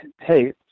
hey